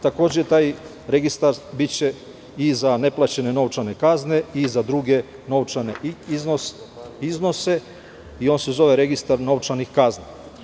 Takođe, taj registar biće i za neplaćene novčane kazne i za druge novčane iznose i on se zove registar novčanih kazni.